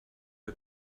que